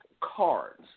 cards